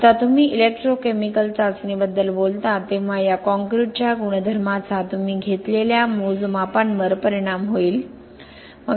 आता तुम्ही इलेक्ट्रोकेमिकल चाचणीबद्दल बोलता तेव्हा या काँक्रीटच्या गुणधर्माचा तुम्ही घेतलेल्या मोजमापांवर परिणाम होईल